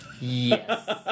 Yes